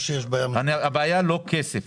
הבעיה הי אלא כסף.